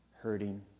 hurting